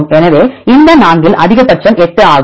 எனவே இந்த 4 இல் அதிகபட்சம் 8 ஆகும்